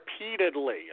repeatedly